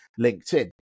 linkedin